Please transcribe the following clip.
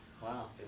wow